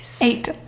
Eight